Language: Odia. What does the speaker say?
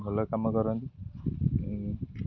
ଭଲ କାମ କରନ୍ତି